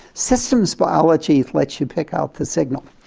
systems biology lets you pick out the signal.